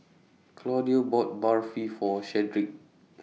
Claudio bought Barfi For Shedrick